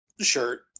shirt